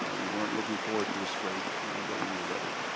ah we weren't looking forward to a scrape but we were ready.